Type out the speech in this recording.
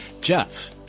Jeff